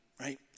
right